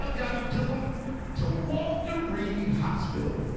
health guys took him to walter reed hospital.